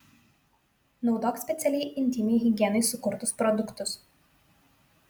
naudok specialiai intymiai higienai sukurtus produktus